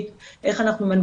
אם זו מגבלות נפשית,